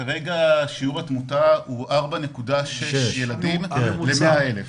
כרגע שיעור התמותה הוא 4.6 ילדים ל-100,000,